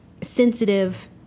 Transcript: sensitive